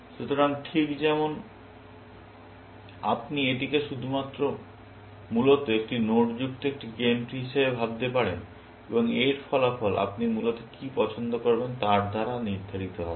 সুতরাং ঠিক যেমন আপনি এটিকে শুধুমাত্র মূলত একটি নোডযুক্ত একটি গেম ট্রি হিসাবে ভাবতে পারেন এবং এর ফলাফল আপনি মূলত কি পছন্দ করবেন তার দ্বারা নির্ধারিত হবে